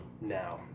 now